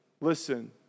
Listen